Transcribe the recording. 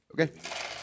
Okay